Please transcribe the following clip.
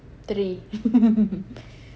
three